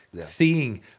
seeing